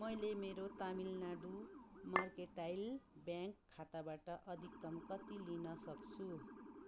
मैले मेरो Tamil Nadu mercantile bank खाताबाट अधिक्तम कति लिन सक्छु